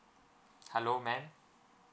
hello ma'am